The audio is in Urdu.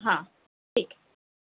ہاں ٹھیک ہے